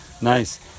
nice